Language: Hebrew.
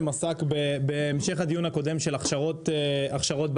עסק בהמשך הדיון הקודם של הכשרות בהיי-טק.